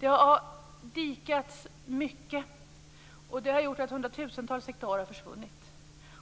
Det har dikats mycket, vilket gjort att hundratusentals hektar försvunnit.